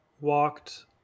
walked